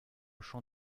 champ